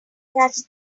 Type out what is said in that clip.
catch